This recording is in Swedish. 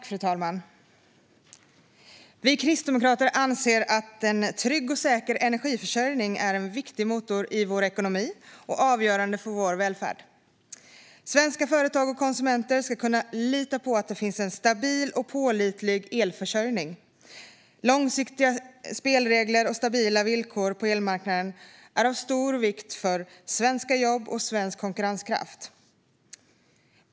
Fru talman! Vi kristdemokrater anser att en trygg och säker energiförsörjning är en viktig motor i vår ekonomi och avgörande för vår välfärd. Svenska företag och konsumenter ska kunna lita på att det finns en stabil och pålitlig elförsörjning. Långsiktiga spelregler och stabila villkor på elmarknaden är av stor vikt för svenska jobb och svensk konkurrenskraft.